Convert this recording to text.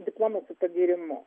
diplomo su pagyrimu